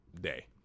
day